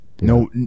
No